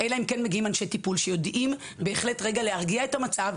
אלא אם כן מגיעים אנשי טיפול שיודעים להרגיע את המצב,